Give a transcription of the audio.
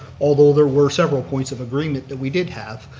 although there were several points of agreement that we did have.